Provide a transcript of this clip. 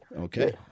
Okay